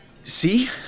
See